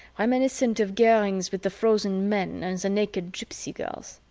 reminiscent of goering's with the frozen men and the naked gypsy girls.